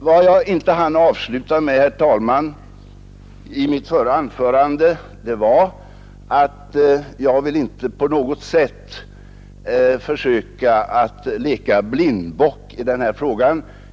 Vad jag emellertid inte hann med att säga i mitt förra anförande var, att jag inte vill försöka leka blindbock i denna fråga.